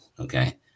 okay